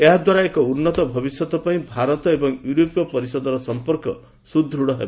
ଏହା ଦ୍ୱାରା ଏକ ଉନ୍ନତ ଭବିଷ୍ୟତ ପାଇଁ ଭାରତ ଏବଂ ୟୁରୋପୀୟ ପରିଷଦର ସମ୍ପର୍କ ସୁଦୃଢ ହେବ